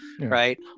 right